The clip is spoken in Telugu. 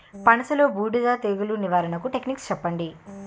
పనస లో బూడిద తెగులు నివారణకు టెక్నిక్స్ చెప్పండి?